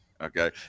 okay